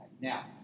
Now